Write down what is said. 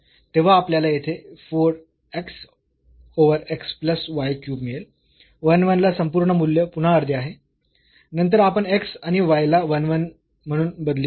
तेव्हा आपल्याला येथे 4 x over x plus y cube मिळेल 1 1 ला संपूर्ण मूल्य पुन्हा अर्धे आहे नंतर आपण x आणि y ला 1 1 म्हणून बदली करू